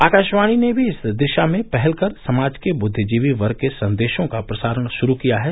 आकाशवाणी ने भी इस दिशा में पहल कर समाज के बुद्धिजीवी वर्ग के संदेशों का प्रसारण श्रू किया है